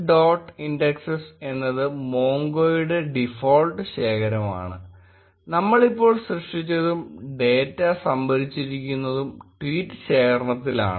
indexes എന്നത് മോംഗോയുടെ default ശേഖരമാണ് നമ്മൾ ഇപ്പോൾ സൃഷ്ടിച്ചതും ഡേറ്റ സംഭരിച്ചിരിക്കുന്നതും ട്വീറ്റ് ശേഖരണത്തിലാണ്